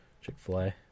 Chick-fil-A